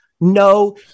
no